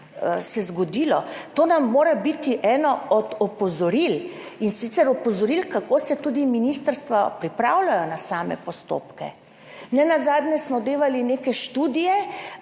zgodilo, to nam mora biti eno od opozoril, in sicer opozoril, kako se tudi ministrstva pripravljajo na same postopke. Nenazadnje smo dajali neke študije